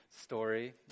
story